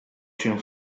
się